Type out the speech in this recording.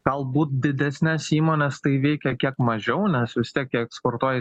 galbūt didesnes įmones tai veikia kiek mažiau nes vis tiek jie eksportuoja